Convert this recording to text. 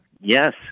Yes